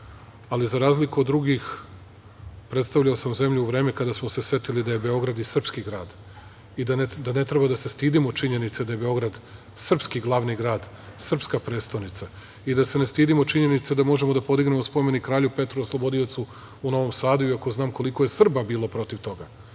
ali za razliku od drugih, predstavljao sam zemlju u vreme kada smo se setili da je Beograd i srpski grad i da ne treba da se stidimo činjenice da je Beograd srpski glavni grad, srpska prestonica i da se ne stidimo činjenice da možemo da podignemo spomenik kralju Petru Oslobodiocu u Novom Sadu, iako znam koliko je Srba bilo protiv toga. To